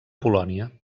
polònia